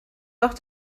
doch